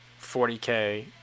40K